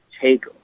take